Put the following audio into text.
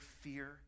fear